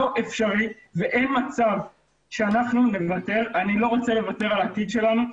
בלתי אפשרי ואין מצב שנוותר על העתיד שלנו.